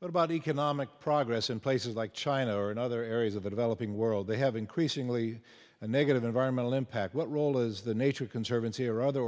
but about economic progress in places like china or in other areas of the developing world they have increasingly negative environmental impact what role is the nature conservancy or other